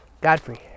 Godfrey